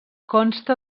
consta